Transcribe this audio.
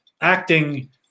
acting